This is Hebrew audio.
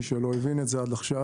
מי שלא הבין את זה עד עכשיו.